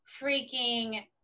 freaking